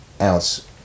ounce